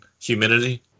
humidity